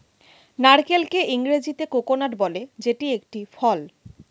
নারকেলকে ইংরেজিতে কোকোনাট বলে যেটি একটি ফল